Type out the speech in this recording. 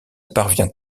parvient